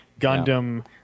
gundam